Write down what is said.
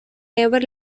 never